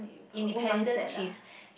her own mindset lah